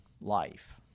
life